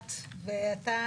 יודעת ואתה,